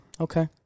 Okay